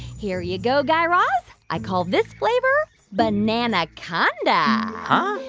here you go, guy raz. i call this flavor bananaconda huh?